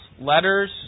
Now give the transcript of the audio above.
letters